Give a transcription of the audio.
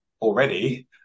already